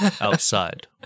outside